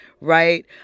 right